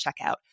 checkout